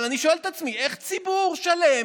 אבל אני שואל את עצמי איך ציבור שלם